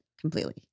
completely